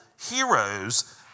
heroes